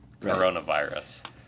Coronavirus